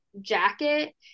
jacket